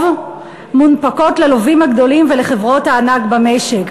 מונפקות ללווים הגדולים ולחברות הענק במשק.